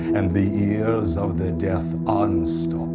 and the ears of the deaf unstopped